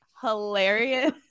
hilarious